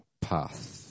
path